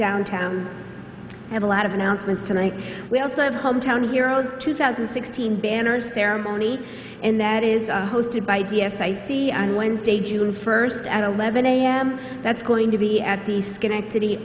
downtown have a lot of announcements tonight we also have hometown heroes two thousand and sixteen banners ceremony and that is hosted by d s i see on wednesday june first at eleven am that's going to be at the schenectady